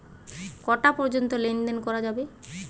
কটা পর্যন্ত লেন দেন করা যাবে?